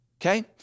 okay